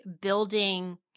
building